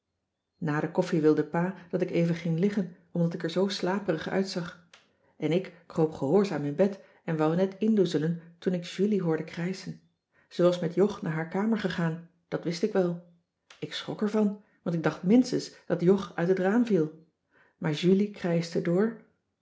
na de koffie wilde pa dat ik even ging liggen omdat ik er zoo slaperig uitzag en ik kroop gehoorzaam in bed en wou net indoezelen toen ik julie hoorde krijschen ze was roet jog naar haar kamer gegaan dat wist ik wel ik schrok er van want ik dacht minstens dat jog uit het raam viel maar julie krijschte door